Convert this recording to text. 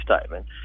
Statement